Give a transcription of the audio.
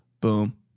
boom